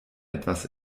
etwas